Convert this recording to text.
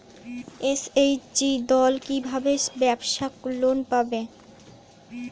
SHG দল কী ভাবে ব্যাবসা লোন পাবে?